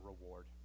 reward